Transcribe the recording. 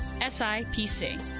SIPC